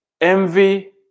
envy